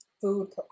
food